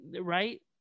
Right